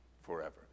Forever